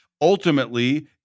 ultimately